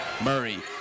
Murray